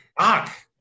fuck